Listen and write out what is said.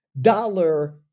dollar